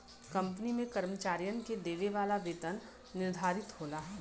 company में कर्मचारियन के देवे वाला वेतन निर्धारित होला